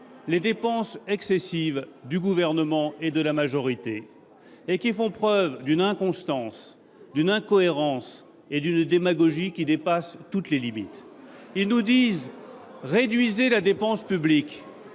les dépenses excessives du Gouvernement et de la majorité, et qui font preuve d’une inconstance, d’une incohérence et d’une démagogie qui dépassent toutes les limites. Et c’est vous qui dites cela